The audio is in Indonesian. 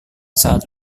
saat